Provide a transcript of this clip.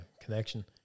connection